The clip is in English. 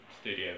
studio